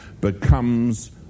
becomes